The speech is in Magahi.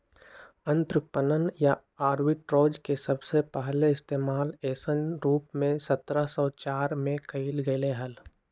अंतरपणन या आर्बिट्राज के सबसे पहले इश्तेमाल ऐसन रूप में सत्रह सौ चार में कइल गैले हल